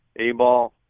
A-ball